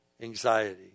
anxiety